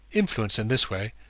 influenced in this way,